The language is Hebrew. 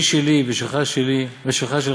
שלי שלי ושלך שלך,